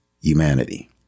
humanity